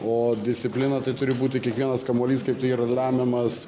o disciplina tai turi būti kiekvienas kamuolys kaip tai yra lemiamas